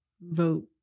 vote